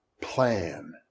Plan